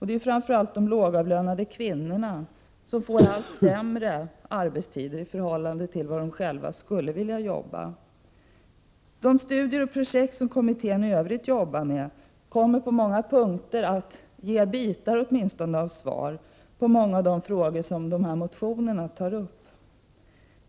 Det är framför allt de lågavlönade kvinnorna som får allt sämre arbetstider i förhållande till hur de själva skulle vilja jobba. De studier och projekt som kommittén i övrigt jobbar med kommer på många punkter att ge åtminstone bitar av svar på många av de frågor som tas upp i motionerna.